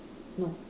no